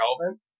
relevant